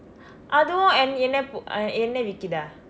அதுவும் என் என் எண்ணெய் விற்கிறதா:athuvum en en ennai virkirathaa